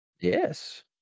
Yes